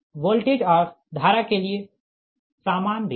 voltage और धारा के लिए सामान विधि